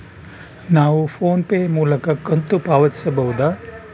ನಾವು ಫೋನ್ ಪೇ ಮೂಲಕ ಕಂತು ಪಾವತಿಸಬಹುದಾ?